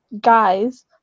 guys